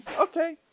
Okay